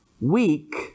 weak